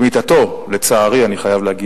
במיטתו לצערי, אני חייב להגיד,